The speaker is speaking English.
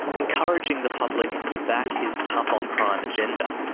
encouraging the public to back his tough-on-crime agenda.